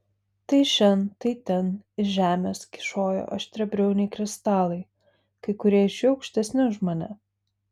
tai šen tai ten iš žemės kyšojo aštriabriauniai kristalai kai kurie iš jų aukštesni už mane